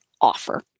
offer